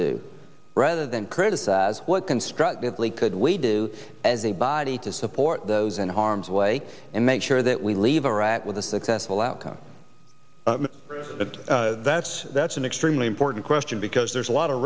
do rather than criticize what constructively could we do as a body to support those in harm's way and make sure that we leave iraq with a successful outcome but that's that's an extremely important question because there's a lot